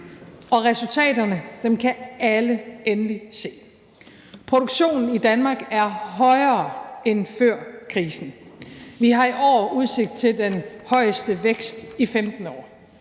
Resultaterne kan alle endelig se. Produktionen i Danmark er højere end før krisen. Vi har i år udsigt til den højeste vækst i 15 år,